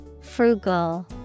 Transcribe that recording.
Frugal